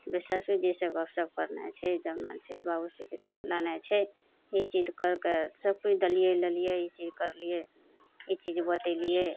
जाहिसे गपशप करनाइ छै जानना छै बाबू ई चीज करिके सभकोइ देलिए लेलिए ई चीज करलिए ई चीज बतेलिए